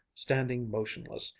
standing motionless,